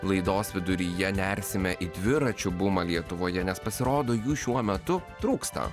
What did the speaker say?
laidos viduryje nersime į dviračių bumą lietuvoje nes pasirodo jų šiuo metu trūksta